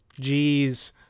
Jeez